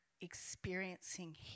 experiencing